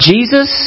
Jesus